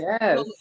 Yes